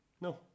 No